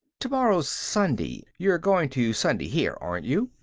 to-morrow's sunday. you're going to sunday here, aren't you?